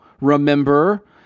remember